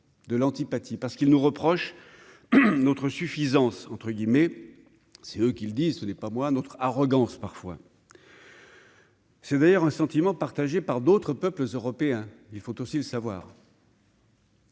de l'antipathie parce qu'il nous reproche notre suffisance, entre guillemets, c'est eux qui le disent, ce n'est pas moi notre arrogance parfois. C'est d'ailleurs un sentiment partagé par d'autres peuples européens, il faut aussi le savoir.